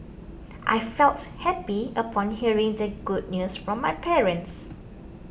I felt happy upon hearing the good news from my parents